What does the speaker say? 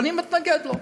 ואני מתנגד לו.